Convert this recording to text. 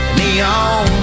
neon